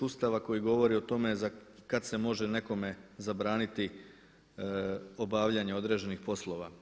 Ustava koji govori o tome kad se može nekome zabraniti obavljanje određenih poslova.